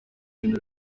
ibintu